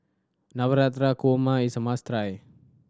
Navratan Korma is a must try